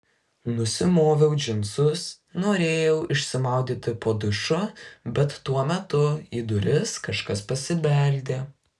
nusimoviau džinsus norėjau išsimaudyti po dušu bet tuo metu į duris kažkas pasibeldė